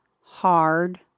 hard